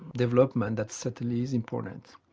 development that certainly is important.